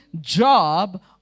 job